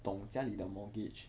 dong 家里的 mortgage